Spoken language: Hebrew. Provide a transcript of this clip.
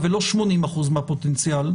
זה לא רציני, סליחה.